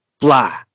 fly